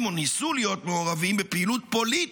או ניסו להיות מעורבים בפעילות פוליטית.